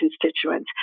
constituents